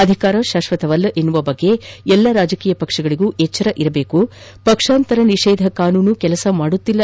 ಅಧಿಕಾರ ಶಾಶ್ವತವಲ್ಲ ಎನ್ನುವ ಬಗ್ಗೆ ಎಲ್ಲ ರಾಜಕೀಯ ಪಕ್ಷಗಳಿಗೂ ಜಾಗ್ಬತಿ ಇರಬೇಕು ಪಕ್ಷಾಂತರ ನಿಷೇಧ ಕಾನೂನು ಕೆಲಸ ಮಾಡುತ್ತಿಲ್ಲ